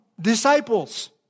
disciples